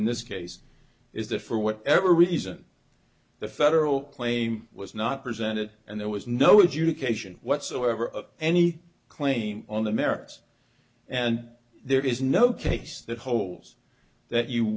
in this case is that for whatever reason the federal claim was not presented and there was no id you cation whatsoever of any claim on the merits and there is no case that holds that you